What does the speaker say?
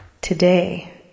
Today